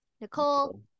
nicole